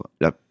La